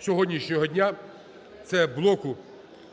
сьогоднішнього дня – це блоку